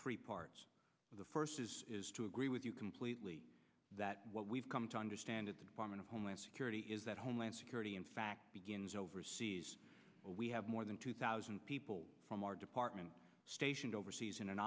three parts the first is is to agree with you completely that what we've come to understand at the department of homeland security is that homeland security in fact begins overseas we have more than two thousand people from our department stationed overseas in an